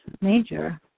major